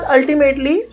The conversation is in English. Ultimately